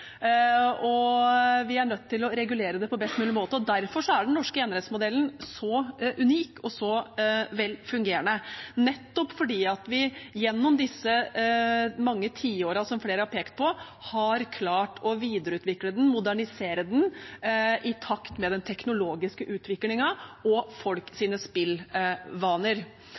og vi er nødt til å regulere det på best mulig måte. Derfor er den norske enerettsmodellen så unik og så vel fungerende: nettopp fordi vi gjennom disse mange tiårene som flere har pekt på, har klart å videreutvikle den og modernisere den i takt med den teknologiske utviklingen og